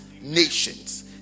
Nations